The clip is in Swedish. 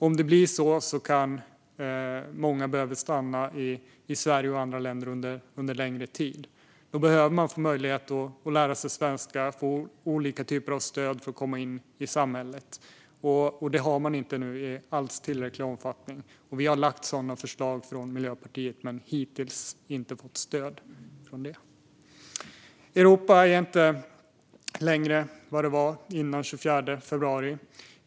Om det blir så kan många behöva stanna i Sverige och andra länder under en längre tid. Då behöver man få möjlighet att lära sig svenska och få olika typer av stöd för att komma in i samhället. Det har man inte alls nu i tillräcklig omfattning. Miljöpartiet har lagt fram sådana förslag, men hittills har de inte fått stöd. Europa är inte längre vad det var före den 24 februari.